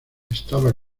estaba